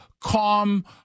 calm